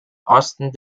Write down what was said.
osten